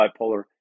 bipolar